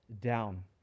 down